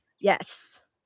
Yes